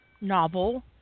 novel